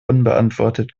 unbeantwortet